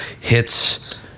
HITS